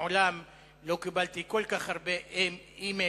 מעולם לא קיבלתי כל כך הרבה אימיילים,